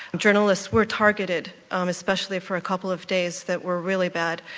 journalists were targeted, um especially for a couple of days that were really bad,